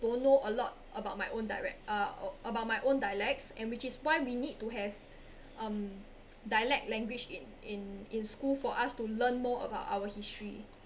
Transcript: don't know a lot about my own direct~ uh about my own dialects and which is why we need to have um dialect language in in in school for us to learn more about our history